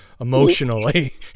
emotionally